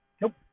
Nope